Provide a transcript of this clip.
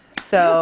so